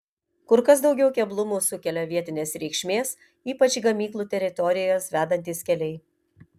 kur kas daugiau keblumų sukelia vietinės reikšmės ypač į gamyklų teritorijas vedantys keliai